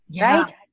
right